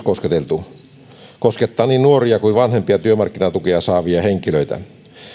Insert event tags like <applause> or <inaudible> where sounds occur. <unintelligible> kosketeltu koskettaa niin nuoria kuin vanhempia työmarkkinatukea saavia henkilöitä